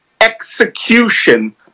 execution